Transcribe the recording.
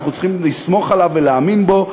אנחנו צריכים לסמוך עליו ולהאמין בו.